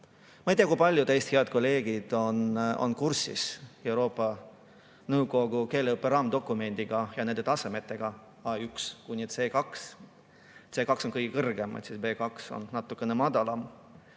Ma ei tea, kui paljud teist, head kolleegid, on kursis Euroopa Nõukogu keeleõppe raamdokumendiga ja nende tasemetega A1 kuni C2. C2 on kõige kõrgem, B2 on natukene madalam.